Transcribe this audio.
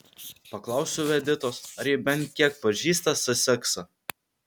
paklausiau editos ar ji bent kiek pažįsta saseksą